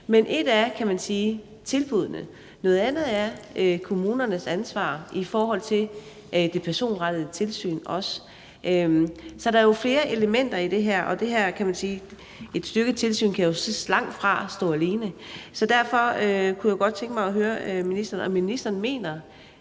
Men et er, kan man sige, tilbuddene, noget andet er kommunernes ansvar i forhold til også det personrettede tilsyn. Så der er flere elementer i det her, og man kan sige, at et styrket tilsyn så langtfra kan stå alene. Derfor kunne jeg godt tænke mig at høre ministeren, om ministeren mener,